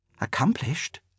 accomplished